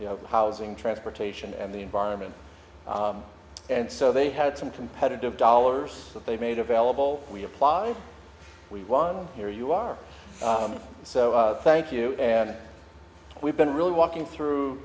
you know housing transportation and the environment and so they had some competitive dollars that they made available we applied we won here you are so thank you and we've been really walking through